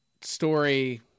Story